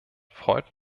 freut